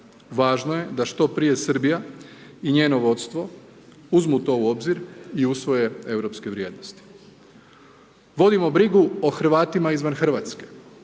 važno je da što prije Srbija i njeno vodstvo uzmu to u obzir i usvoje europske vrijednosti. Vodimo brigu o Hrvatima izvan Hrvatske,